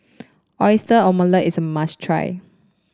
Oyster Omelette is a must try